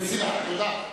מסירה, תודה.